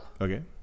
Okay